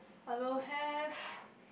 I will have